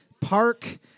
Park